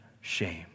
shame